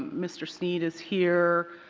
mr. sneed is here.